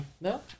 No